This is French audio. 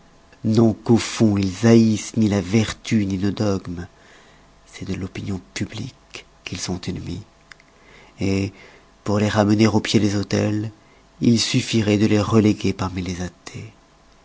non qu'au fond ils haissent ni la vertu ni nos dogmes c'est de l'opinion publique qu'ils sont ennemis et pour les ramener au pied des autels il suffiroit de les reléguer parmi les athées